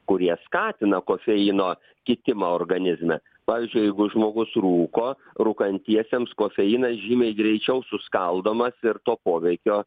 kurie skatina kofeino kitimą organizme pavyzdžiui jeigu žmogus rūko rūkantiesiems kofeinas žymiai greičiau suskaldomas ir to poveikio